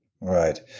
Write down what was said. right